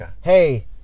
Hey